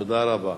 תודה רבה.